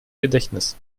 gedächtnis